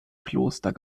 kloster